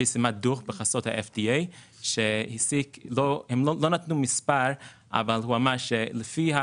פרסמה דוח בחסות ה-FDA בו היא אמרה שסיגריה